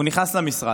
הוא נכנס למשרד,